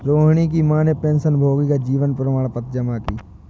रोहिणी की माँ ने पेंशनभोगी का जीवन प्रमाण पत्र जमा की